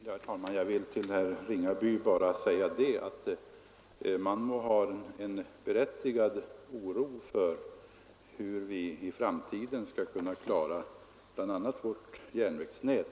Herr talman! Jag vill bara till herr Ringaby säga att man må ha en berättigad oro för hur vi i framtiden skall kunna klara bl.a. vårt järnvägsnät.